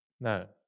No